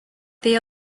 they